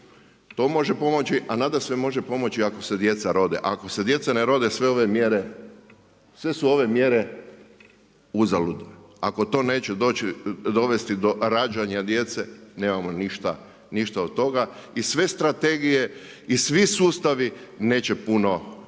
to može pomoći, a nadasve može pomoći ako se djeca rode. Ako se djeca ne rode, sve su ove mjere uzaludne, ako to neće dovesti do rađanja djece, nemamo ništa od toga i sve strategije i svi sustavi neće puno pomoći,